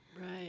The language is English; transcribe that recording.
Right